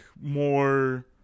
more